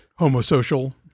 homosocial